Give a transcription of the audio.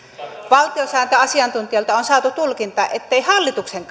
valtiosääntöasiantuntijoilta on saatu tulkinta ettei hallituksen